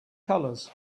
colors